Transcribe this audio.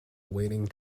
awaiting